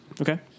Okay